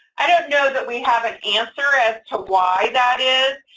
i don't know that we have an answer as to why that is,